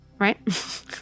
right